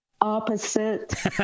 opposite